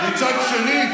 מצד שני,